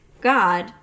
God